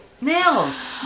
nails